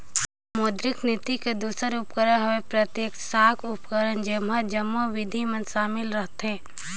मौद्रिक नीति कर दूसर उपकरन हवे प्रत्यक्छ साख उपकरन जेम्हां जम्मो बिधि मन सामिल रहथें